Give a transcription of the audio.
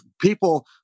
people